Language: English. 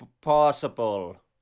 possible